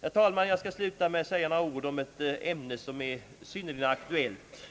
Herr talman! Jag skall sluta mitt anförande med att beröra ett ämne som är synnerligen aktuellt.